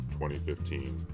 2015